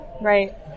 Right